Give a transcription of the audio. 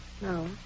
No